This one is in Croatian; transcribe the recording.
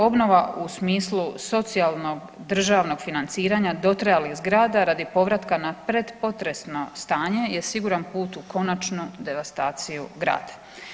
Obnova u smislu socijalnog državnog financiranja dotrajalih zgrada radi povratka na predpotresno stanje je siguran put u konačnu devastaciju grada.